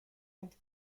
und